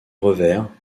revers